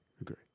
Agree